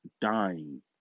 dying